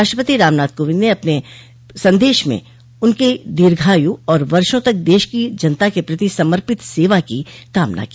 राष्ट्रपति रामनाथ कोविंद ने अपने संदेश में उनकी दीर्घ आयु और वर्षों तक देश की जनता के प्रति समर्पित सेवा की कामना की